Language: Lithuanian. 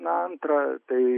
na antra tai